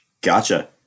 Gotcha